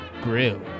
grill